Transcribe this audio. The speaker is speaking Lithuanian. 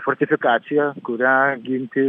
fortifikacija kurią ginti